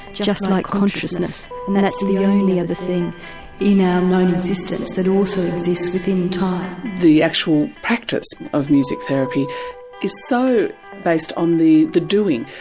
just like consciousness, and that's the only other thing in our known existence that also exists within time. the actual practice of music therapy is so based on the doing,